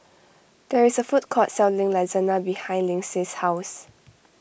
there is a food court selling Lasagna behind Lynsey's house